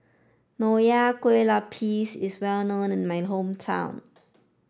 Nonya Kueh Lapis is well known in my hometown